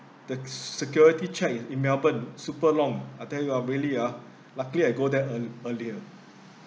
the security check in in melbourne super long I tell you ah really ah luckily I go there ear~ earlier